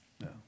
No